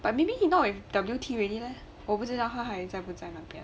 but maybe he not in W T already leh 我不知道他还在不在那边